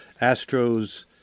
Astros